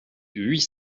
huit